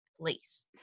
place